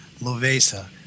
Lovesa